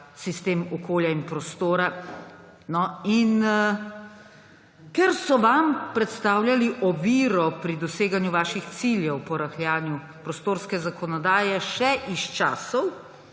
sistem okolja in prostora. No, in ker so vam predstavljali oviro pri doseganju vaših ciljev po rahljanju prostorske zakonodaje še iz časov,